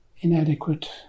inadequate